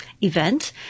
event